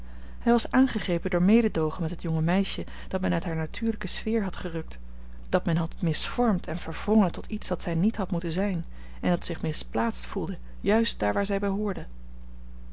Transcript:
hij was aangegrepen door mededoogen met het jonge meisje dat men uit haar natuurlijke sfeer had gerukt dat men had misvormd en verwrongen tot iets dat zij niet had moeten zijn en dat zich misplaatst voelde juist daar waar zij behoorde